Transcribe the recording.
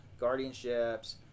guardianships